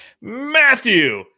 matthew